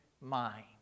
mind